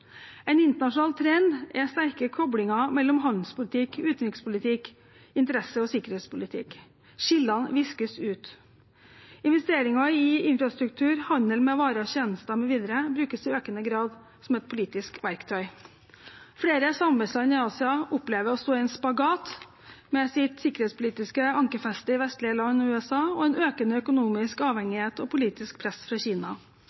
En internasjonal trend er sterke koblinger mellom handelspolitikk, utenrikspolitiske interesser og sikkerhetspolitikk. Skillene viskes ut. Investeringer i infrastruktur, handel med varer og tjenester mv. brukes i økende grad som et politisk verktøy. Flere samarbeidsland i Asia opplever å stå i en spagat, med sitt sikkerhetspolitiske ankerfeste i vestlige land og USA og en økende økonomisk avhengighet av og politisk press fra Kina.